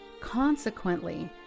Consequently